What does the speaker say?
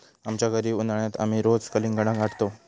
आमच्या घरी उन्हाळयात आमी रोज कलिंगडा हाडतंव